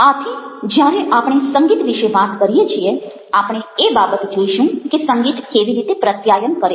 આથી જ્યારે આપણે સંગીત વિશે વાત કરીએ છીએ આપણે એ બાબત જોઈશું કે સંગીત કેવી રીતે પ્રત્યાયન કરે છે